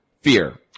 Fear